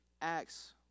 Acts